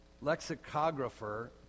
Lexicographer